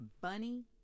Bunny